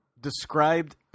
described